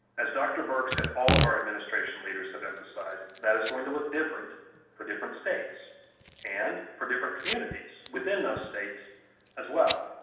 as dr. birx and all of our administration leaders have emphasized, that is going to look different for different states and for different communities within those states as well.